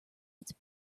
its